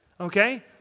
okay